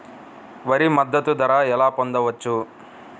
వరి మద్దతు ధర ఎలా పొందవచ్చు?